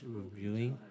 reviewing